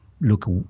look